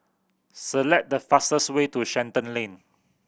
select the fastest way to Shenton Lane